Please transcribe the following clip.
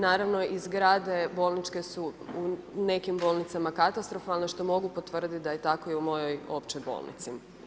Naravno i zgrade bolničke su nekim bolnicama katastrofalne što mogu potvrditi da je tako i u mojoj općoj bolnici.